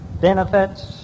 benefits